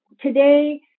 today